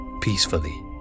peacefully